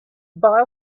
boy